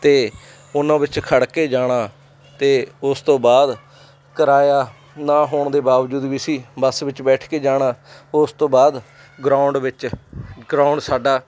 ਅਤੇ ਉਹਨਾਂ ਵਿੱਚ ਖੜ੍ਹ ਕੇ ਜਾਣਾ ਅਤੇ ਉਸ ਤੋਂ ਬਾਅਦ ਕਰਾਇਆ ਨਾ ਹੋਣ ਦੇ ਬਾਵਜੂਦ ਵੀ ਅਸੀਂ ਬੱਸ ਵਿੱਚ ਬੈਠ ਕੇ ਜਾਣਾ ਉਸ ਤੋਂ ਬਾਅਦ ਗਰਾਉਂਡ ਵਿੱਚ ਗਰਾਊਂਡ ਸਾਡਾ